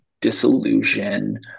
disillusion